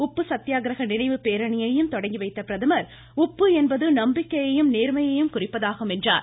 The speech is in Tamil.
உப்பு சத்தியாகிரக நினைவு பேரணியையும் தண்டி யாத்திரை தொடங்கிவைத்த பிரதமர் உப்பு என்பது நம்பிக்கையையும் நேர்மையையும் குறிப்பதாகும் என்றார்